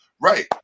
Right